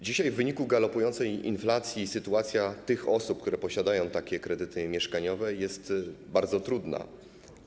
Dzisiaj w wyniku galopującej inflacji sytuacja osób, które posiadają takie kredyty mieszkaniowe, jest bardzo trudna, a